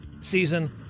season